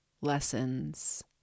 lessons